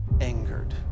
angered